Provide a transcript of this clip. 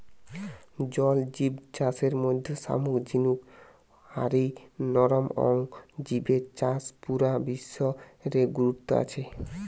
জল জিব চাষের মধ্যে শামুক ঝিনুক হারি নরম অং জিবের চাষ পুরা বিশ্ব রে গুরুত্ব আছে